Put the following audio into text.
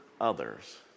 others